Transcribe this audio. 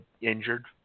injured